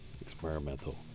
Experimental